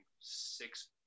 six